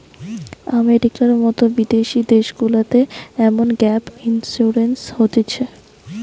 আমেরিকার মতো বিদেশি দেশগুলাতে এমন গ্যাপ ইন্সুরেন্স হতিছে